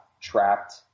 trapped